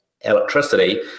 electricity